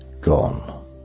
Gone